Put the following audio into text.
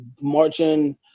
marching